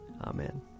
Amen